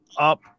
up